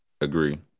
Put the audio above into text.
Agree